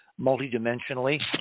multidimensionally